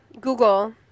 Google